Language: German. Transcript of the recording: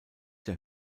der